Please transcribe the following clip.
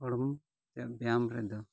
ᱦᱚᱲᱢᱚ ᱨᱮᱭᱟᱜ ᱵᱮᱭᱟᱢ ᱨᱮᱫᱚ